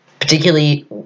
particularly